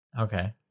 Okay